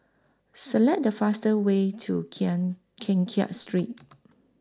Select The faster Way to Kiat Keng Kiat Street